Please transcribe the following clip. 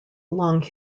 long